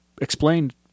explained